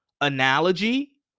analogy